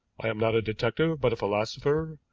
i am not a detective, but a philosopher,